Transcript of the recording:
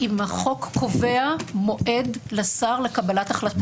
אם החוק קובע מועד לשר לקבלת החלטה.